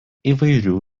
įvairių